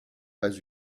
pas